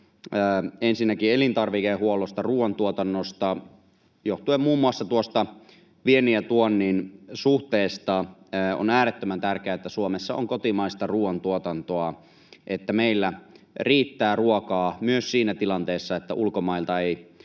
ensinnäkin elintarvikehuollosta, ruuantuotannosta: Johtuen muun muassa viennin ja tuonnin suhteesta on äärettömän tärkeää, että Suomessa on kotimaista ruuantuotantoa, niin että meillä riittää ruokaa myös siinä tilanteessa, että ulkomailta ei